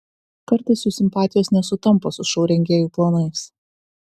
kartais jų simpatijos nesutampa su šou rengėjų planais